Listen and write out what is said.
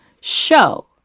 show